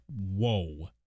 whoa